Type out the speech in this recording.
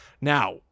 Now